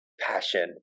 passion